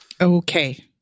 Okay